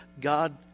God